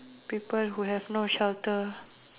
people who have no shelter